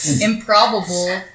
improbable